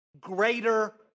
greater